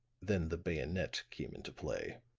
then the bayonet came into play.